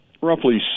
roughly